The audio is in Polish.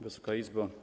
Wysoka Izbo!